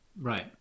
Right